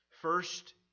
First